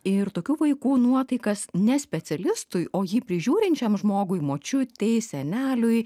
ir tokių vaikų nuotaikas ne specialistui o jį prižiūrinčiam žmogui močiutei seneliui